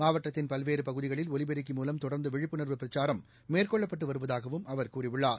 மாவட்டத்தின் பலவேறு பகுதிகளில் ஒலிப்பெருக்கி மூலம் தொடர்ந்து விழிப்புணர்வு பிரச்சாரம் மேற்கொள்ளப்பட்டு வருவதாகவும் அவர் கூறியுள்ளார்